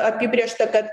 apibrėžta kad